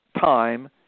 time